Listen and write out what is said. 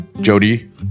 Jody